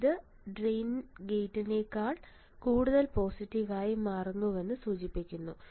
ഇത് ഡ്രെയിൻ ഗേറ്റിനേക്കാൾ കൂടുതൽ പോസിറ്റീവ് ആയി മാറുന്നുവെന്ന് സൂചിപ്പിക്കുന്നു